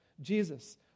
Jesus